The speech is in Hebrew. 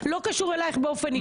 לא קשור אלייך באופן אישי.